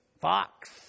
Fox